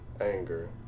anger